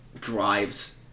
drives